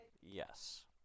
Yes